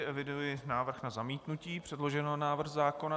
Eviduji návrh na zamítnutí předloženého návrhu zákona.